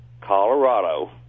Colorado